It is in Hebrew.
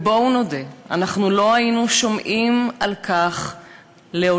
ובואו נודה, אנחנו לא היינו שומעים על כך לעולם.